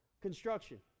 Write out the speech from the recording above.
Construction